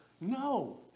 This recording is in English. No